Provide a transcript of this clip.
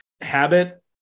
Habit